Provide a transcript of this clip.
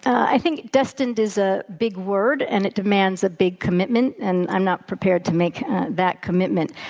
i think destined is a big word, and it demands a big commitment, and i'm not prepared to make that commitment.